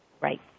Right